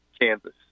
Kansas